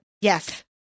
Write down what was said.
Yes